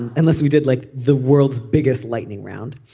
and unless we did like the world's biggest lightning round